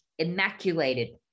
immaculated